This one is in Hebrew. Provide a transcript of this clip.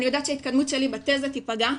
אני יודעת שההתקדמות שלי בתזה תפגע.